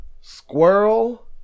Squirrel